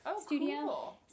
studio